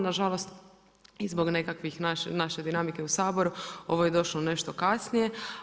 Nažalost i zbog nekakve naše dinamike u Saboru ovo je došlo nešto kasnije.